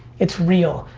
it's real.